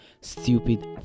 Stupid